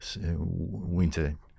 winter